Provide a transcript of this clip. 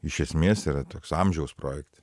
iš esmės yra toks amžiaus projektas